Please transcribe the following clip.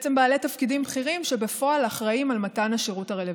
אלה בעצם בעלי תפקידים בכירים שבפועל אחראים על מתן השירות הרלוונטי.